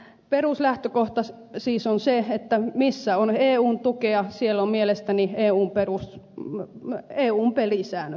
peruslähtökohta siis on se että missä on eun tukea siellä on mielestäni eun pelisäännöt